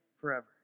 forever